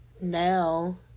Now